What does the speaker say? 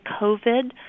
COVID